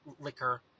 liquor